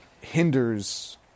hinders